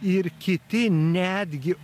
ir kiti netgi